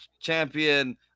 champion